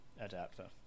adapter